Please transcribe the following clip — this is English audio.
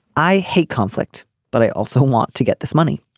i hate conflict but i also want to get this money.